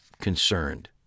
concerned